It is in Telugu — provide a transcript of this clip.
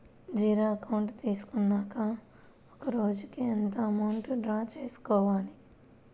జీరో అకౌంట్ తీసుకున్నాక ఒక రోజుకి ఎంత అమౌంట్ డ్రా చేసుకోవాలి?